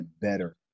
better